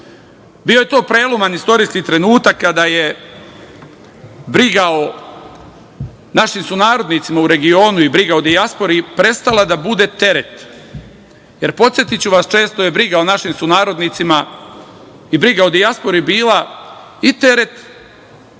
Bio je to preloman istorijski trenutak kada je briga o našim sunarodnicima u regionu i briga o dijaspori prestala da bude teret. Podsetiću vas, često je briga o našim sunarodnicima i briga o dijaspori bila i teret,